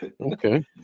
Okay